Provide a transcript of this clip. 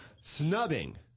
Snubbing